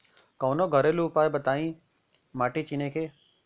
कवनो घरेलू उपाय बताया माटी चिन्हे के?